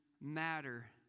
matter